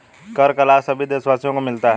कर का लाभ सभी देशवासियों को मिलता है